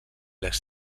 les